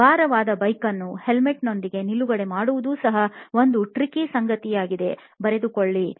ಭಾರವಾದ ಬೈಕನ್ನು ಹೆಲ್ಮೆಟ್ನೊಂದಿಗೆ ನಿಲುಗಡೆ ಮಾಡುವುದು ಸಹ ಒಂದು ಟ್ರಿಕಿ ಸಂಗತಿಯಾಗಿದೆ ಬರೆದುಕೊಳ್ಳಿರಿ